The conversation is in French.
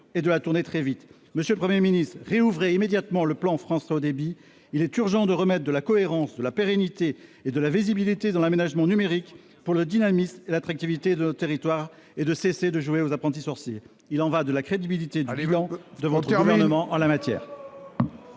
et de la tourner très vite. Monsieur le Premier ministre, rouvrez immédiatement le plan France très haut débit. Il est urgent de remettre de la cohérence, de la pérennité et de la visibilité dans l'aménagement numérique, pour le dynamisme et l'attractivité de notre territoire, et de cesser de jouer aux apprentis sorciers. Terminez ! Il y va de la crédibilité du Gouvernement en la matière